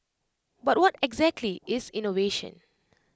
but what exactly is innovation